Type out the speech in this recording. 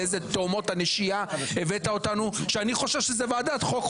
לאיזה תהומות הנשייה הבאת אותנו שאני חושב שזו ועדת חוק,